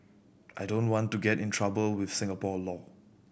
I don't want to get in trouble with Singapore law